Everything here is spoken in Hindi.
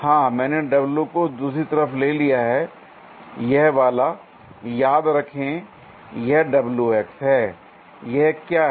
हां मैंने w को दूसरी तरफ ले लिया है l यह वाला याद रखें यह है l यह क्या है